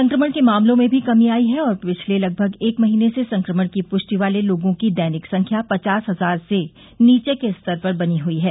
संक्रमण के मामलों में भी कमी आई है और पिछले लगभग एक महीने से संक्रमण की पुष्टि वाले लोगों की दैनिक संख्या पचास हजार से नीचे के स्तर पर बनी हुई है